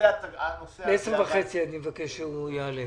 ב-10:30 שהוא יעלה.